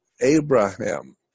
Abraham